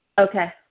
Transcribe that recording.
Okay